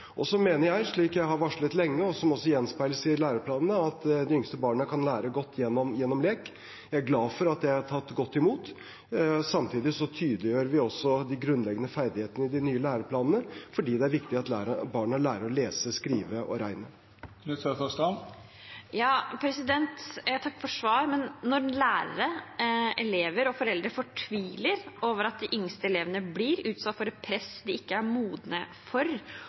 Så mener jeg, slik jeg har varslet lenge, og det gjenspeiles også i læreplanene, at de yngste barna kan lære godt gjennom lek. Jeg er glad for at det er tatt godt imot. Samtidig tydeliggjør vi også de grunnleggende ferdighetene i de nye læreplanene, fordi det er viktig at barna lærer å lese, skrive og regne. Jeg takker for svaret. Men når lærere, elever og foreldre fortviler over at de yngste elevene blir utsatt for et press de ikke er modne for,